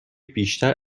بیشتر